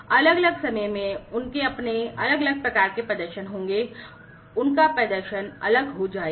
अलग अलग समय में उनके अपने अलग अलग प्रकार के प्रदर्शन होंगे उनका प्रदर्शन अलग हो जाएगा